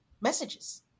messages